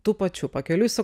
tų pačių pakeliui su